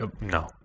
no